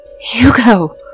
Hugo